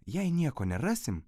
jei nieko nerasim